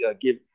give